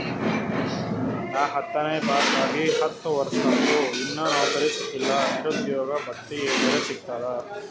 ನಾ ಹತ್ತನೇ ಪಾಸ್ ಆಗಿ ಹತ್ತ ವರ್ಸಾತು, ಇನ್ನಾ ನೌಕ್ರಿನೆ ಸಿಕಿಲ್ಲ, ನಿರುದ್ಯೋಗ ಭತ್ತಿ ಎನೆರೆ ಸಿಗ್ತದಾ?